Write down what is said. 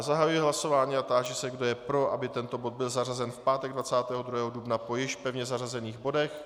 Zahajuji hlasování a táži se, kdo je pro, aby tento bod byl zařazen v pátek 22. dubna po již pevně zařazených bodech.